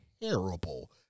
terrible